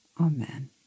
Amen